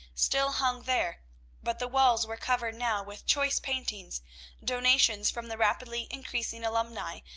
still hung there but the walls were covered now with choice paintings donations from the rapidly increasing alumnae,